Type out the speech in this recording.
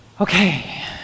Okay